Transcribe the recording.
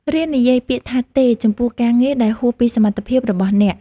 រៀននិយាយពាក្យថា "ទេ" ចំពោះការងារដែលហួសពីសមត្ថភាពរបស់អ្នក។